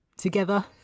together